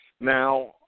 Now